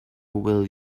will